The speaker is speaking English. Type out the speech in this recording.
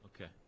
Okay